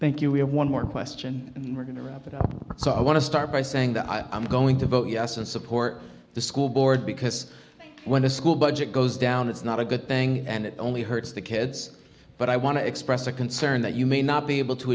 thank you we have one more question we're going to wrap it up so i want to start by saying the i'm going to vote yes and support the school board because when the school budget goes down it's not a good thing and it only hurts the kids but i want to express a concern that you may not be able to